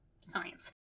Science